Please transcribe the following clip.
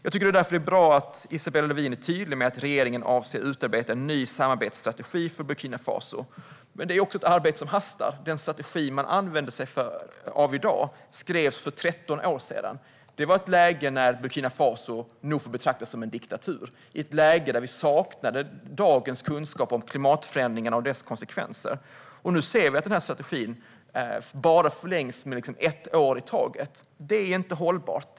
Jag tycker därför att det är bra att Isabella Lövin är tydlig med att regeringen avser att utarbeta en ny samarbetsstrategi för Burkina Faso. Men det är ett arbete som hastar. Den strategi man använder sig av i dag skrevs för 13 år sedan. Det var i ett läge när Burkina Faso nog fick betraktas som en diktatur. Det var i ett läge där vi saknade dagens kunskap om klimatförändringarna och deras konsekvenser. Nu ser vi att den här strategin bara liksom förlängs med ett år i taget. Det är inte hållbart.